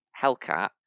Hellcat